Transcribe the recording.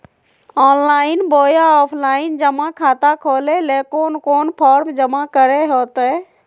Online बोया offline जमा खाता खोले ले कोन कोन फॉर्म जमा करे होते?